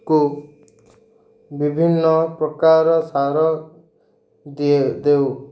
କୁ ବିଭିନ୍ନ ପ୍ରକାର ସାର ଦିଏ ଦେଉ